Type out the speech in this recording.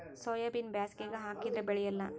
ಸೋಯಾಬಿನ ಬ್ಯಾಸಗ್ಯಾಗ ಹಾಕದರ ಬೆಳಿಯಲ್ಲಾ?